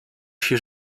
się